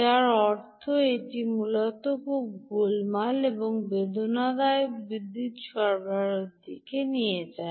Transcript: যার অর্থ এটি মূলত খুব গোলমাল এবং জটিল বিদ্যুত সরবরাহের দিকে নিয়ে যায়